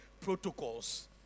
protocols